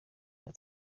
mezi